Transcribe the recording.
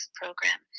program